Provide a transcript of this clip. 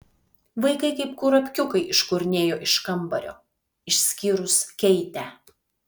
vaikai kaip kurapkiukai iškurnėjo iš kambario išskyrus keitę